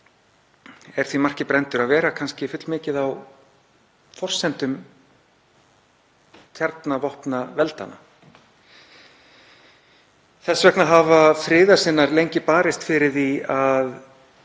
er því marki brenndur að vera kannski fullmikið á forsendum kjarnorkuvopnaveldanna. Þess vegna hafa friðarsinnar lengi barist fyrir því að